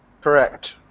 Correct